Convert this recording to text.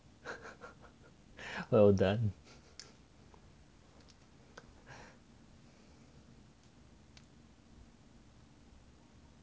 well done